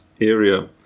area